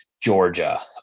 Georgia